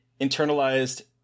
internalized